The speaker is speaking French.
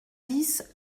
dix